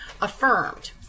affirmed